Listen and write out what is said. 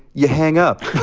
you hang up